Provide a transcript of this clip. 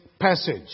passage